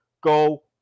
Go